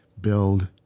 build